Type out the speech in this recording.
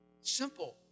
Simple